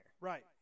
right